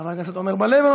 חבר הכנסת עמר בר-לב,